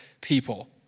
people